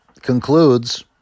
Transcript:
concludes